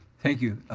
thank you.